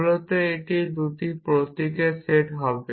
মূলত এটি 2টি প্রতীকের একটি সেট হবে